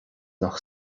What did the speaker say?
nach